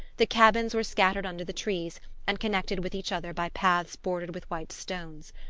the cabins were scattered under the trees and connected with each other by paths bordered with white stones.